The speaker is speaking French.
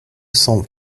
cent